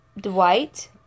Dwight